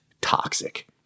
toxic